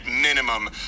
minimum